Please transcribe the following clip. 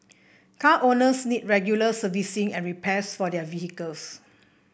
car owners need regular servicing and repairs for their vehicles